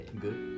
good